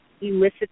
elicit